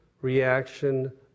Reaction